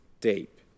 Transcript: deep